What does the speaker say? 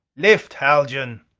lift, haljan!